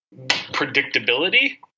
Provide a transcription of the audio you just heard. predictability